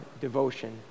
devotion